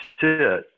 sit